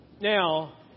now